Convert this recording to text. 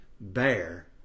bear